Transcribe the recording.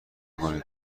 کنید